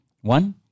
One